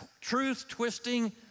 truth-twisting